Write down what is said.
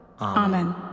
Amen